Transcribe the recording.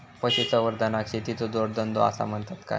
पशुसंवर्धनाक शेतीचो जोडधंदो आसा म्हणतत काय?